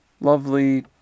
lovely